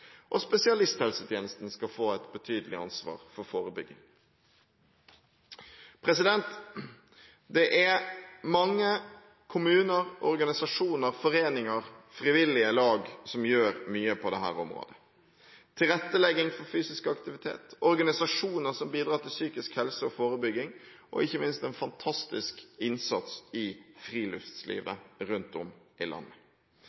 Og spesialisthelsetjenesten skal få et betydelig ansvar for forebygging. Det er mange kommuner, organisasjoner, foreninger og frivillige lag som gjør mye på området – tilrettelegger for fysisk aktivitet, organisasjoner bidrar til psykisk helse og forebygging, og ikke minst gjøres en fantastisk innsats innen friluftsliv rundt om i landet.